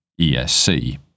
ESC